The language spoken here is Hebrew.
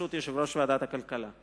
בראשות יושב-ראש ועדת הכלכלה.